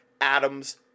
Adam's